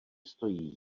stojí